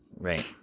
right